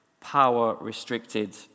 power-restricted